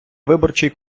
виборчий